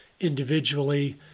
individually